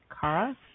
Kara